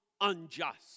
unjust